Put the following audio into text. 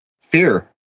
fear